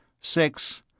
six